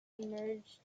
emerged